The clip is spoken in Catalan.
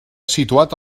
situat